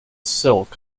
silk